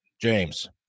james